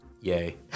Yay